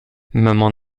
maman